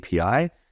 API